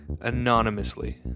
anonymously